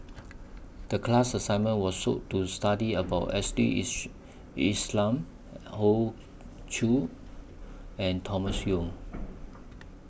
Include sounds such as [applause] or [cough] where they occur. The class assignment [unintelligible] to study about [unintelligible] Islam Hoey Choo and Thomas Yeo